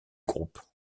groupe